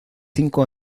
cinco